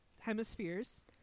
hemispheres